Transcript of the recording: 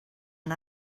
and